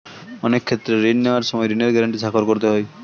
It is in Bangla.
অনেক ক্ষেত্রে ঋণ নেওয়ার সময় ঋণের গ্যারান্টি স্বাক্ষর করতে হয়